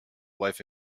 life